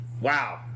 wow